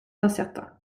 incertain